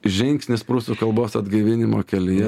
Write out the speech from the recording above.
žingsnis prūsų kalbos atgaivinimo kelyje